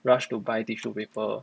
rush to buy tissue paper